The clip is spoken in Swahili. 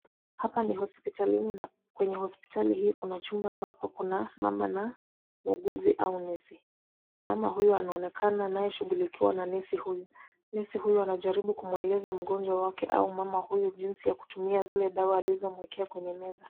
Hapa ni hospitalini na kwenye hospitali hii kuna chumba ambako kuna mama, muuguzi au nesi. Mama huyu anaonekana anayeshughulikiwa na nesi huyu. Nesi huyu anajaribu kumueleza mgonjwa wake au mama huyu jinsi ya kutumia zile dawa alizomwekea kwenye meza .